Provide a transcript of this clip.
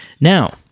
Now